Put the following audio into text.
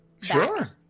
Sure